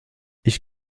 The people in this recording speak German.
ich